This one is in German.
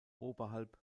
oberhalb